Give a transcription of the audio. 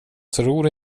tror